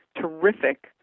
terrific